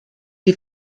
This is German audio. die